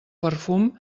perfum